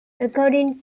according